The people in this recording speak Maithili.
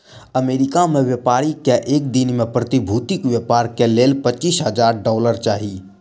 अमेरिका में व्यापारी के एक दिन में प्रतिभूतिक व्यापार के लेल पचीस हजार डॉलर चाही